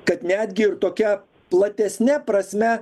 kad netgi ir tokia platesne prasme